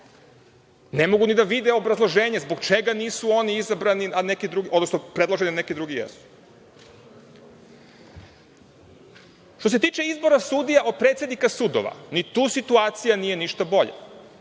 Ne mogu ni da vide obrazloženje zbog čega nisu oni predloženi a neki drugi jesu. Što se tiče izbora sudija od predsednika sudova, ni tu situacija nije ništa bolja.